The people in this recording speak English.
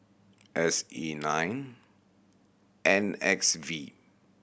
S E nine N X V